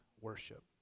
worship